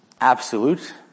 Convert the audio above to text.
absolute